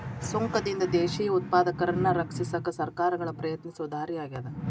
ಸುಂಕದಿಂದ ದೇಶೇಯ ಉತ್ಪಾದಕರನ್ನ ರಕ್ಷಿಸಕ ಸರ್ಕಾರಗಳ ಪ್ರಯತ್ನಿಸೊ ದಾರಿ ಆಗ್ಯಾದ